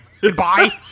Goodbye